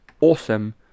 awesome